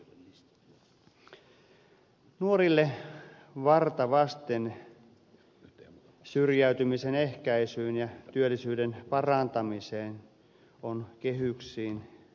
nuorille varta vasten syrjäytymisen ehkäisyyn ja työllisyyden parantamiseen on kehyksiin